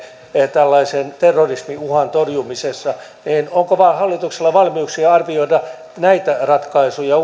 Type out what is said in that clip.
tällaisen terrorismiuhan torjumisessa niin onko hallituksella valmiuksia arvioida näitä ratkaisuja